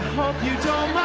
you don't